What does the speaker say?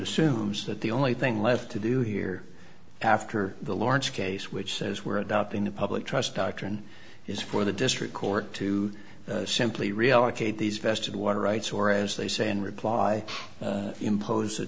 assumes that the only thing left to do here after the large case which says we're adopting a public trust doctrine is for the district court to simply reallocate these vested water rights or as they say in reply impose a